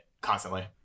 constantly